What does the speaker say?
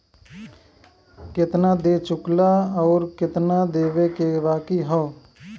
केतना दे चुकला आउर केतना देवे के बाकी हौ